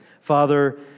Father